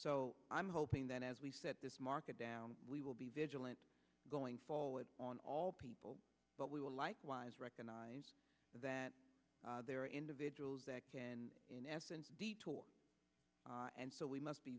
so i'm hoping that as we set this market down we will be vigilant going forward on all people but we will likewise recognize that there are individuals that can in essence and so we must be